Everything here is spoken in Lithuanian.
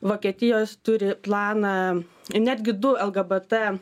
vokietijos turi planą netgi du lgbt